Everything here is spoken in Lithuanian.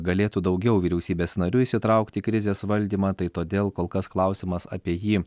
galėtų daugiau vyriausybės narių įsitraukti į krizės valdymą tai todėl kol kas klausimas apie jį